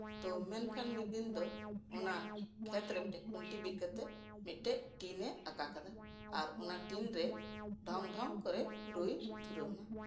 ᱛᱳ ᱢᱮᱱᱠᱷᱟᱱ ᱢᱤᱫᱫᱤᱱ ᱫᱚ ᱚᱱᱟ ᱠᱷᱮᱛᱨᱮ ᱢᱤᱫᱴᱤᱡ ᱠᱷᱩᱱᱴᱤ ᱵᱤᱫ ᱠᱟᱛᱮᱜ ᱢᱤᱫᱴᱮᱡ ᱴᱤᱱ ᱮ ᱟᱸᱠᱟ ᱠᱟᱫᱟ ᱟᱨ ᱚᱱᱟ ᱴᱤᱱ ᱨᱮ ᱰᱷᱚᱝ ᱰᱷᱚᱝ ᱠᱚᱨᱮ ᱨᱩᱭ ᱫᱷᱩᱨᱟᱹᱣ ᱮᱱᱟ